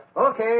Okay